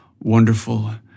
wonderful